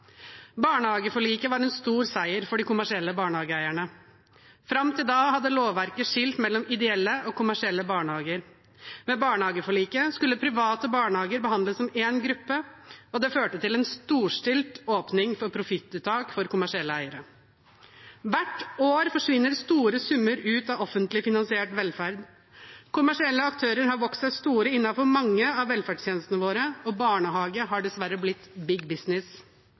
Barnehageforliket var en stor seier for de kommersielle barnehageeierne. Fram til da hadde lovverket skilt mellom ideelle og kommersielle barnehager. Med barnehageforliket skulle private barnehager behandles som én gruppe, og det førte til en storstilt åpning for profittuttak for kommersielle eiere. Hvert år forsvinner store summer ut av offentlig finansiert velferd. Kommersielle aktører har vokst seg store innenfor mange av velferdstjenestene våre, og barnehager har dessverre blitt